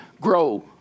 grow